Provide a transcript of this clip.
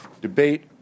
debate